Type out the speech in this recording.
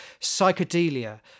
psychedelia